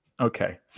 Okay